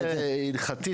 מבחינה הלכתית,